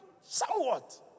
somewhat